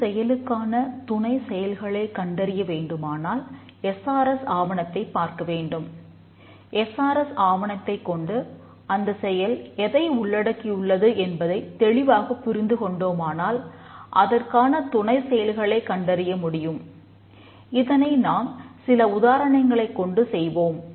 ஒரு செயலுக்கான துணை செயல்களை கண்டறிய வேண்டுமானால் எஸ்ஆர்எஸ் தொடர்வோம்